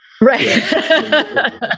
Right